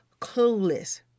clueless